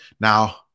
now